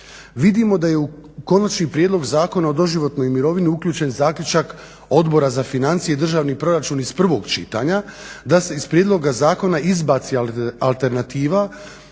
Vidimo da je u Konačni prijedlog Zakona o doživotnoj mirovini uključen zaključak Odbora za financije i državni proračun iz prvog čitanja da se iz prijedloga zakona izbaci alternativa